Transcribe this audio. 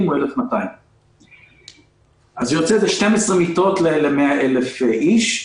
הוא 1,200. זה 12 מיטות ל-100,000 איש.